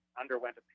underwent